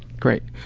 great.